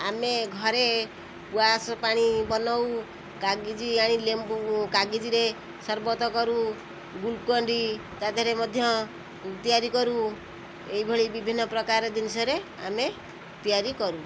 ଆମେ ଘରେ ସ୍କ୍ୱାସ୍ ପାଣି ବନାଉ କାଗେଜି ଆଣି ଲେମ୍ବୁ କାଗିଜିରେ ସରବତ କରୁ ଗ୍ଲୁକୋନ୍ ଡି ତା ଦେହରେ ମଧ୍ୟ ତିଆରି କରୁ ଏଇଭଳି ବିଭିନ୍ନ ପ୍ରକାର ଜିନିଷରେ ଆମେ ତିଆରି କରୁ